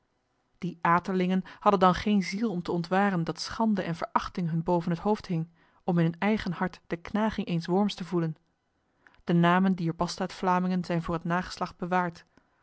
die aterlingen hadden dan geen ziel om te ontwaren dat schande en verachting hun boven het hoofd hing om in hun eigen hart de knaging eens worms te voelen de namen dier bastaardvlamingen zijn voor het nageslacht bewaard